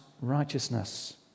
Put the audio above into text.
righteousness